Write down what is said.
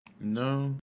No